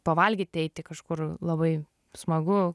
pavalgyt eiti kažkur labai smagu